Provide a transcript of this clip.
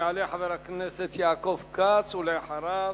יעלה חבר הכנסת יעקב כץ, ואחריו,